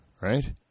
right